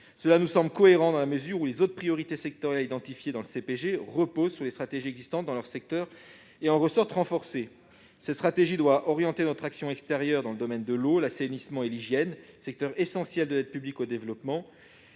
nous semble cohérente dans la mesure où les autres priorités sectorielles identifiées dans le CPG reposent sur les stratégies existantes dans leur secteur, ce qui contribue à les renforcer. La stratégie doit orienter notre action extérieure dans le domaine de l'eau, de l'assainissement et de l'hygiène, secteur essentiel de l'aide publique au développement.